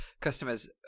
customers